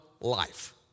life